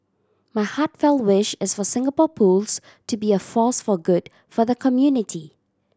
my heartfelt wish is for Singapore Pools to be a force for good for the community